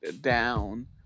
down